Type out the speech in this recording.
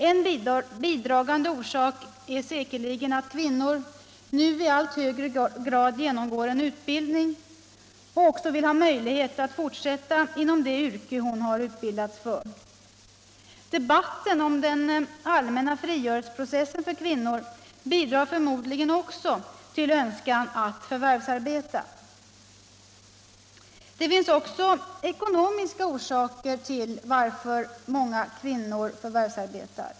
En bidragande orsak är säkerligen att kvinnor nu i allt högre grad genomgår en utbildning och därmed också vill ha möjlighet att arbeta inom det yrke de utbildats för. Debatten om den allmänna frigörelseprocessen för kvinnor bidrar förmodligen också till att kvinnor önskar förvärvsarbeta. Det finns också ekonomiska orsaker till att många kvinnor förvärvsarbetar.